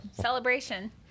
Celebration